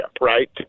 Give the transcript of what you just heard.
right